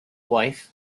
wife